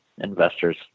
investors